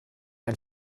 ein